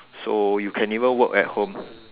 so you can even work at home